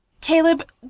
Caleb